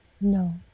No